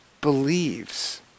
believes